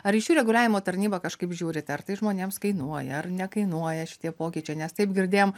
ar ryšių reguliavimo tarnyba kažkaip žiūri ar tai žmonėms kainuoja ar nekainuoja šitie pokyčiai nes taip girdėjom